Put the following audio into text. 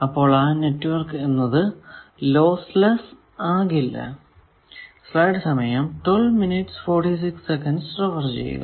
അപ്പോൾ ആ നെറ്റ്വർക്ക് എന്നത് ലോസ് ലെസ്സ് ആകില്ല